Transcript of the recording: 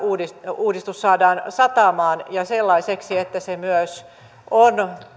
uudistus saadaan satamaan ja sellaiseksi että se myös